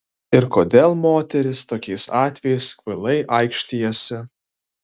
ir kodėl moterys tokiais atvejais kvailai aikštijasi